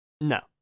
No